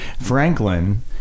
Franklin